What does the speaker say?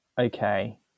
Okay